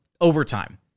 overtime